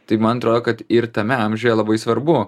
tai man atrodo kad ir tame amžiuje labai svarbu